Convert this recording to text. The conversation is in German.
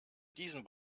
diesen